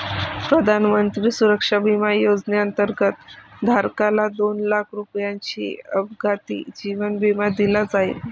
प्रधानमंत्री सुरक्षा विमा योजनेअंतर्गत, धारकाला दोन लाख रुपयांचा अपघाती जीवन विमा दिला जाईल